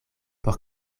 por